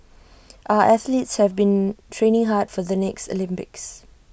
our athletes have been training hard for the next Olympics